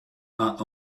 not